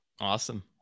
Awesome